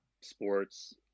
sports